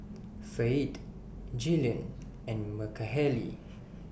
Fayette Jillian and Mahalie